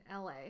LA